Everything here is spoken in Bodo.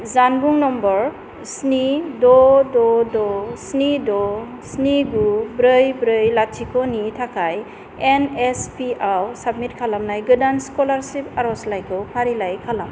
जानबुं नम्बर स्नि द' द' द' स्नि द' स्नि गु ब्रै ब्रै लाथिख'नि थाखाय एनएसपिआव साबमिट खालामनाय गोदान स्कलारसिप आरजलाइखौ फारिलाइ खालाम